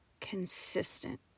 Consistent